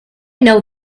know